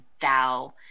thou